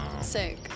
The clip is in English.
Sick